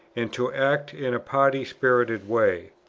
and to act in a party-spirited way.